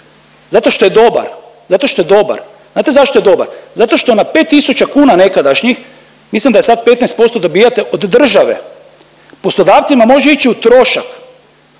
Zato što je dobar, zato što je dobar. Znate zašto je dobar? Zato što na 5 tisuća kuna nekadašnjih mislim da sad 15% dobijate od države, poslodavcima može ići u trošak,